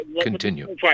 continue